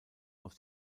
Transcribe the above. aus